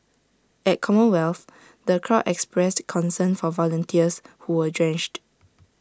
at commonwealth the crowd expressed concern for volunteers who were drenched